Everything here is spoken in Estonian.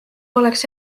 oleks